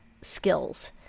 skills